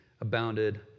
abounded